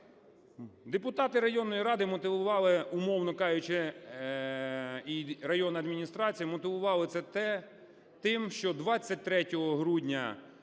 Депутати районної ради мотивували, умовно кажучи, і районна адміністрація мотивували це тим, що 23 грудня